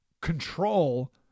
control